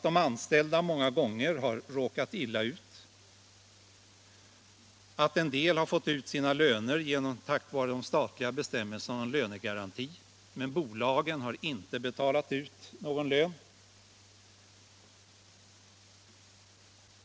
De anställda har många gånger råkat illa ut, en del har fått ut sina löner tack vare de statliga bestämmelserna om lönegaranti, men bolagen har inte betalt ut några löner.